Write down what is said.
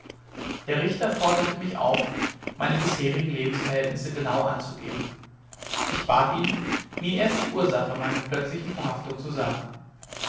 der richter forderte mich auf meine bisherigen lebensverhältnisse genau anzugeben ich bat ihn mir erst die ursache meiner plötzlichen verhaftung zu sagen